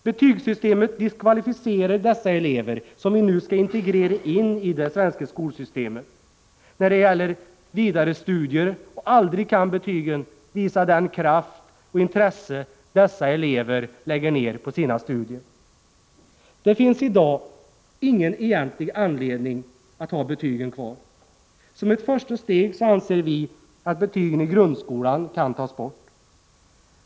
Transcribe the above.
Betygssystemet diskvalificerar dessa elever, som vi nu skall integrera i det svenska skolsystemet, när det gäller vidare studier, och aldrig kan betygen visa den kraft och det intresse som dessa elever lägger ner på sina studier. Det finns i dag ingen egentlig anledning att ha betygen kvar. Som ett första steg anser vi att betygen i grundskolan kan tas bort.